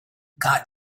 got